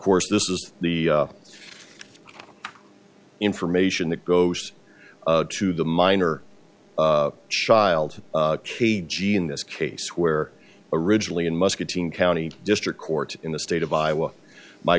course this is the information that goes to the minor child k g in this case where originally in muscatine county district court in the state of iowa my